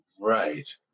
right